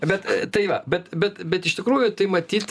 bet tai va bet bet bet iš tikrųjų tai matyt